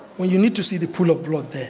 you need to see the pool of blood there.